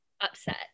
upset